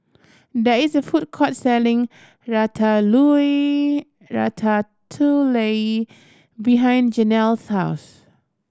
there is a food court selling Ratatouille behind Jenelle's house